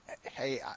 hey